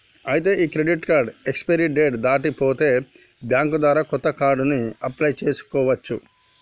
ఐతే ఈ credit card expiry date దాటి పోతే బ్యాంక్ ద్వారా కొత్త కార్డుని అప్లయ్ చేసుకోవచ్చు